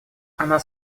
она